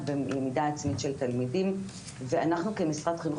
למידה עצמית של תלמידים ואנחנו כמשרד החינוך